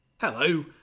Hello